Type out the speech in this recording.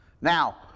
Now